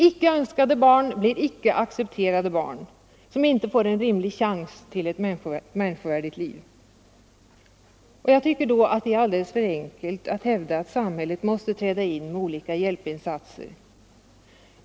Icke önskade barn blir icke accepterade barn, som inte får en rimlig chans till ett människovärdigt liv. Jag tycker då att det är alldeles för enkelt att hävda att samhället måste träda in med olika hjälpinsatser.